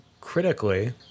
critically